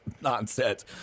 nonsense